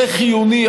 זה חיוני.